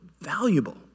valuable